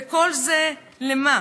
וכל זה למה?